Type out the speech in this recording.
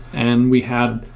and we have,